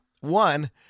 one